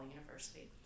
University